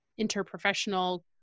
interprofessional